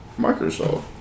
Microsoft